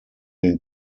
den